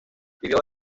vivió